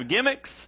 gimmicks